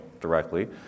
directly